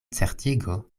certigo